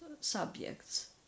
subjects